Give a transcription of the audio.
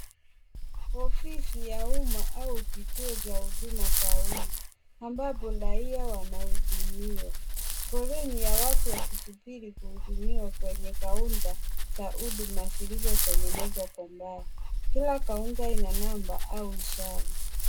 Ofisi ya umma au kituo cha huduma za umma ambapo raia wanahudumiwa. Foleni ya watu wakisubiri kuhudumiwa kwenye kaunta za huduma zilizotengenezwa kwa mbao. Kila kaunta ina namba au ishara.